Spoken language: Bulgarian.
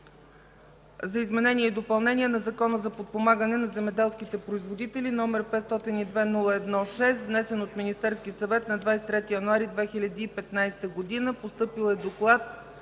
за изменение и допълнение на Закона за подпомагане на земеделските производители, № 502-01-6, внесен от Министерския съвет на 23 януари 2015 г., приет на